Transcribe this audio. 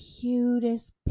cutest